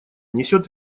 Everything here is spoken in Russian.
несет